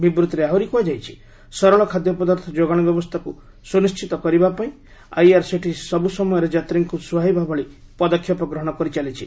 ବିବୃତ୍ତିରେ ଆହୁରି କୁହାଯାଇଛି ସରଳ ଖାଦ୍ୟପଦାର୍ଥ ଯୋଗାଣ ବ୍ୟବସ୍ଥାକୁ ସୁନିଶ୍ଚିତ କରିବାପାଇଁ ଆର୍ଆର୍ସିଟିସି ସବୁ ସମୟରେ ଯାତ୍ରୀଙ୍କୁ ସୁହାଇବା ଭଳି ପଦକ୍ଷେପ ଗ୍ରହଣ କରିଚାଲିଛି